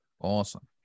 Awesome